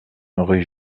rue